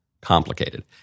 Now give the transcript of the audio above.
complicated